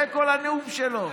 זה כל הנאום שלו.